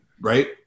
Right